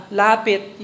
lapit